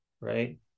Right